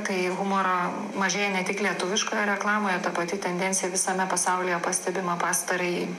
tai humoro mažėja ne tik lietuviškoje reklamoje ta pati tendencija visame pasaulyje pastebima pastarąjį